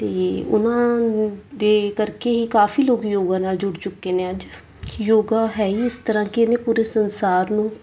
ਅਤੇ ਉਹਨਾਂ ਦੇ ਕਰਕੇ ਹੀ ਕਾਫੀ ਲੋਕ ਯੋਗਾ ਨਾਲ ਜੁੜ ਚੁੱਕੇ ਨੇ ਅੱਜ ਯੋਗਾ ਹੈ ਹੀ ਇਸ ਤਰ੍ਹਾਂ ਕਿ ਇਹਨੇ ਪੂਰੇ ਸੰਸਾਰ ਨੂੰ